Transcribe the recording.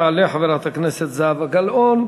תעלה חברת הכנסת זהבה גלאון,